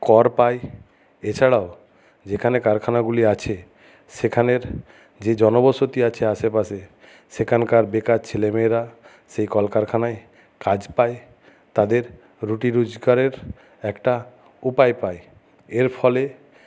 কর পায় এছাড়াও যেখানে কারখানাগুলি আছে সেখানের যে জনবসতি আছে আশেপাশে সেখানকার বেকার ছেলে মেয়েরা সেই কলকারখানায় কাজ পায় তাদের রুটি রোজগারের একটা উপায় পায় এর ফলে